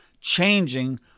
changing